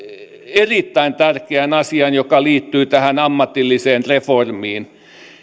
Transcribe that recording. erittäin tärkeän asian joka liittyy tähän ammatilliseen reformiin